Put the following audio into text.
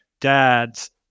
dads